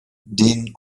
den